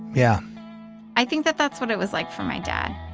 yeah i think that that's what it was like for my dad,